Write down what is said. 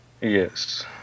Yes